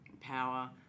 Power